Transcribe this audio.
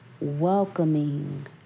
welcoming